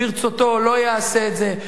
ברצותו לא יעשה את זה.